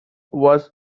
was